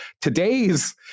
today's